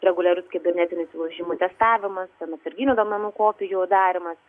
reguliarus kibernetinių įsilaužimų testavimas ten atsarginių duomenų kopijų darymas